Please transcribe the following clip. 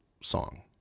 song